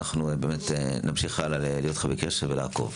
ואנחנו נמשיך להיות איתך בקשר הלאה ולעקוב.